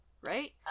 right